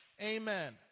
Amen